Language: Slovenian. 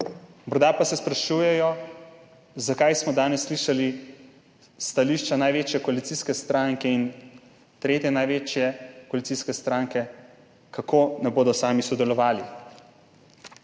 Morda pa se sprašujejo, zakaj smo danes slišali stališča največje koalicijske stranke in tretje največje koalicijske stranke, kako sami ne bodo sodelovali.